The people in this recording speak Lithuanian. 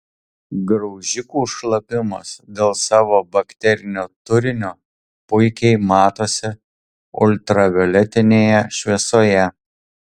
graužikų šlapimas dėl savo bakterinio turinio puikiai matosi ultravioletinėje šviesoje